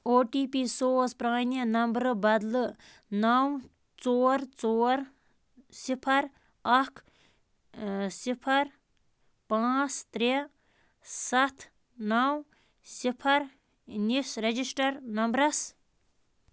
O T P سوز پرٛانہِ نمبرٕ بدلہٕ نَو ژور ژور صِفَر اَکھ صِفَر پانٛژھ ترٛےٚ سَتھ نَو صِفَر نِس رَجِسٹَر نَمبرَس